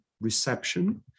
reception